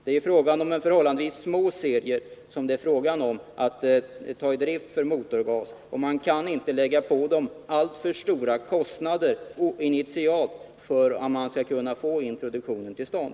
Det gäller ju dessutom förhållandevis små serier som kan överföras till motorgasdrift, och man kan inte lägga på bolagen alltför stora initialkostnader för att få introduktionen till stånd.